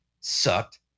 sucked